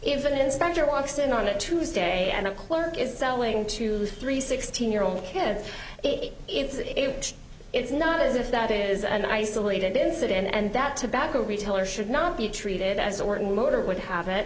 an inspector walks in on a tuesday and a clerk is selling two three sixteen year old kids it is not as if that is an isolated incident and that tobacco retailer should not be treated as orton motor would have it